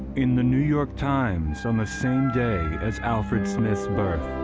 in the new york times on the same day as alfred smith's birth,